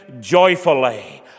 joyfully